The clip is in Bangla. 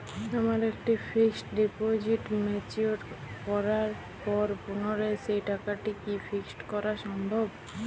আমার একটি ফিক্সড ডিপোজিট ম্যাচিওর করার পর পুনরায় সেই টাকাটিকে কি ফিক্সড করা সম্ভব?